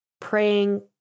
praying